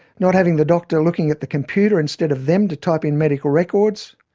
not having the doctor looking at the computer instead of them to type in medical records,